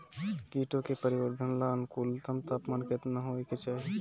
कीटो के परिवरर्धन ला अनुकूलतम तापमान केतना होए के चाही?